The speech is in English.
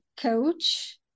coach